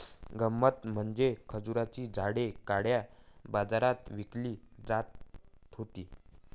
गंमत म्हणजे खजुराची झाडे काळ्या बाजारात विकली जात होती